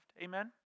Amen